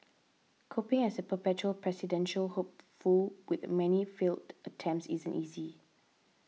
coping as a perpetual presidential hopeful with many failed attempts isn't easy